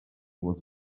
was